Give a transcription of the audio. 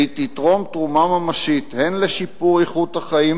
והיא תתרום תרומה ממשית הן לשיפור איכות החיים